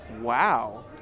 wow